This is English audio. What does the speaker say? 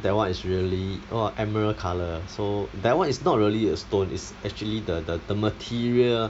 that [one] is really !wah! emerald colour ah so that [one] is not really a stone it's actually the the the material